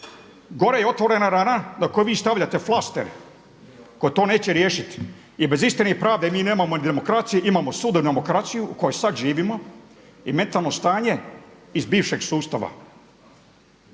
Gore je otvorena rana na koju vi stavljate flastere koji to neće riješiti. I bez istine i pravde mi nemao ni demokracije, imamo sud i demokraciju u kojoj sad živimo i metalno stanje iz bivšeg sustava.